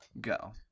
Go